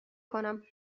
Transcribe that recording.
کنم